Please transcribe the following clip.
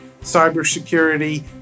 cybersecurity